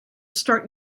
start